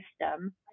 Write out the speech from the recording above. system